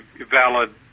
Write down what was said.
valid